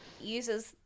uses